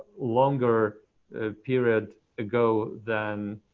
longer period ago than